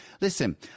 listen